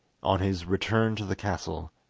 on his return to the castle,